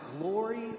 glory